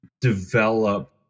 develop